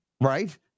Right